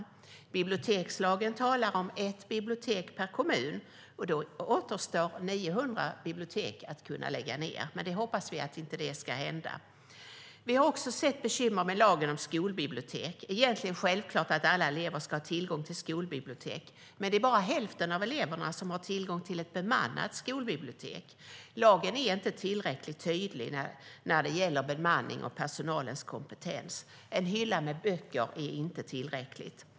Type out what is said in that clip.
I bibliotekslagen står det ett bibliotek per kommun. Då återstår 900 bibliotek som kan läggas ned. Men det hoppas vi inte ska hända. Vi har också sett bekymmer med lagen om skolbibliotek. Det är egentligen självklart att alla elever ska ha tillgång till skolbibliotek, men det är bara hälften av eleverna som har tillgång till ett bemannat skolbibliotek. Lagen är inte tillräckligt tydlig när det gäller bemanning och personalens kompetens. En hylla med böcker är inte tillräckligt.